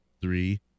three